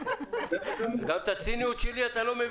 אתה לא מבין את הציניות שלי.